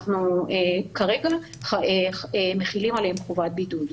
אנחנו כרגע מכילים עליהם חובת בידוד.